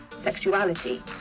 sexuality